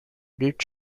did